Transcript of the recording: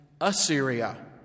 Assyria